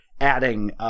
adding